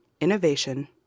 innovation